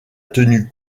tenu